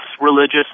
religious